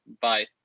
Bye